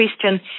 question